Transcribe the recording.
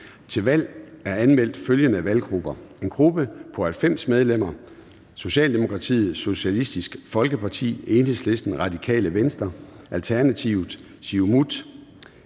disse valg er anmeldt følgende valggrupper: en gruppe på 90 medlemmer: Socialdemokratiet, Socialistisk Folkeparti, Enhedslisten, Radikale Venstre, Alternativet, Siumut,